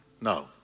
No